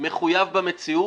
מחויב במציאות,